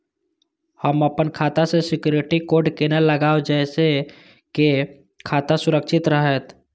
हम अपन खाता में सिक्युरिटी कोड केना लगाव जैसे के हमर खाता सुरक्षित रहैत?